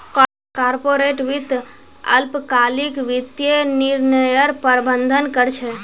corporate वित्त अल्पकालिक वित्तीय निर्णयर प्रबंधन कर छे